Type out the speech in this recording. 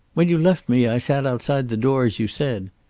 when you left me, i sat outside the door, as you said.